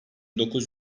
dokuz